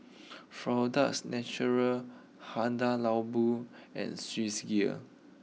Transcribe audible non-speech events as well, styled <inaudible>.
<noise> Florida's Natural Hada Labo and Swissgear